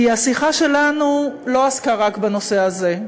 כי השיחה שלנו לא עסקה רק בנושא הזה,